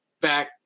back